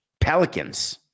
Pelicans